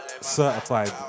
Certified